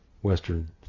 western